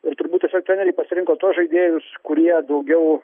ir turbūt tiesiog treneriai pasirinko tuos žaidėjus kurie daugiau